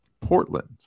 Portland